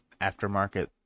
aftermarket